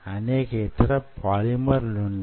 అనేక ఇతర పోలిమర్లు వున్నాయి